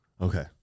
Okay